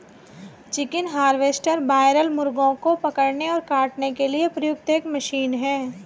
chicken harvester broiler मुर्गों को पकड़ने और काटने के लिए प्रयुक्त एक मशीन है